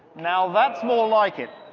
now, that's more like it.